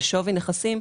של שווי נכסים,